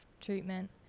treatment